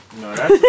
No